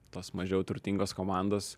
tos mažiau turtingos komandos